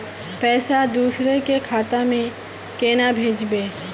पैसा दूसरे के खाता में केना भेजबे?